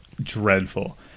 dreadful